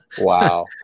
Wow